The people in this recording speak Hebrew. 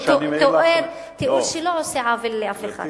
תיאור שלא עושה עוול לאף אחד.